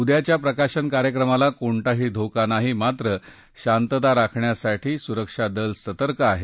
उद्याच्या प्रकाशन कार्यक्रमाला कोणताही धोका नाही मात्र शास्त्रा राखण्यासाठी सुरक्षा दल सतर्क हे